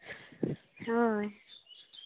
ᱦᱳᱭ